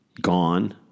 gone